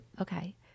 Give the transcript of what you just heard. Okay